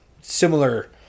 similar